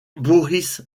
boris